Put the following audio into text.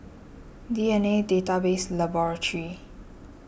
D N A Database Laboratory